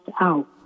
out